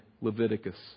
Leviticus